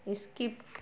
skip